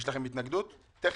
יש לכם התנגדות טכנית?